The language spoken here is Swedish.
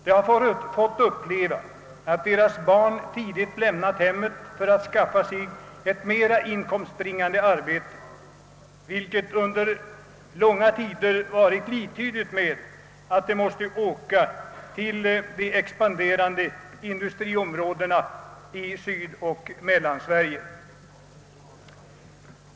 De har fått uppleva att deras barn tidigt lämnat hemmet för att skaffa sig ett mera inkomstbringande arbete, vilket under långa tider var liktydigt med att de måste åka till de expanderande industriområdena i Sydoch Mellansverige.